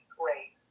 great